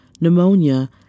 pneumonia